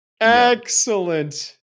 Excellent